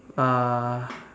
uh